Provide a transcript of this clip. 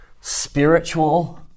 Spiritual